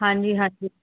ਹਾਂਜੀ ਹਾਂਜੀ